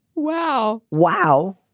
wow wow.